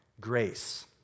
grace